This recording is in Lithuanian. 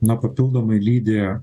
na papildomai lydi